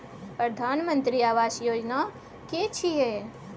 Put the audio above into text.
प्रधानमंत्री आवास योजना कि छिए?